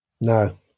No